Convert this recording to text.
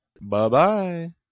Bye-bye